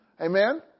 Amen